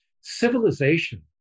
civilization